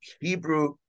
Hebrew